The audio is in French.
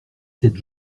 sept